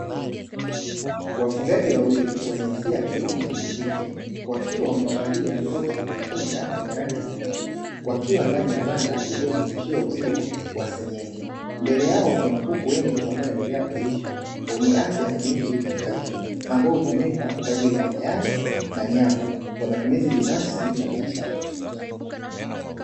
Wafugaji wawili wenye jinsia ya kiume na kike wakiwa wamevalia na nguo za kujikinga zenye rangi nyeupe wakiwa ndani ya banda lililozungushiwa uzio wa senyenge, mbele yao kuna kuku wengi wanao endelea kulishwa wenye afya na miili iliyojengeka vizuri ambao hutumika kwajili ya mayai na nyama kwa matumizi binafsi na biashara.